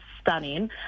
stunning